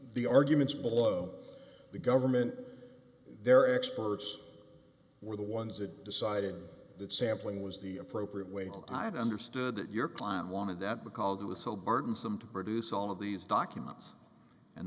the arguments below the government their experts were the ones that decided that sampling was the appropriate way to i had understood that your client wanted that because it was so burdensome to produce all of these documents and